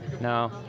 no